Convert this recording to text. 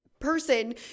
Person